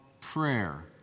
prayer